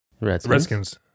Redskins